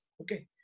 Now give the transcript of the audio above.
Okay